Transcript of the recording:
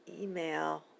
email